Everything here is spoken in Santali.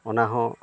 ᱚᱱᱟ ᱦᱚᱸ